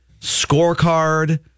scorecard